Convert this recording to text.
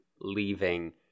leaving